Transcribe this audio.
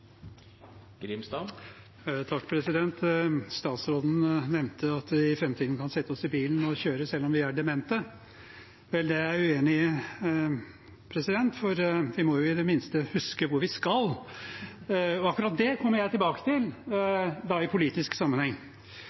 Statsråden nevnte at vi i framtiden kan sette oss i bilen og kjøre selv om vi er demente. Vel, det er jeg uenig i, for vi må i det minste huske hvor vi skal. Akkurat det kommer jeg tilbake til, da i politisk sammenheng.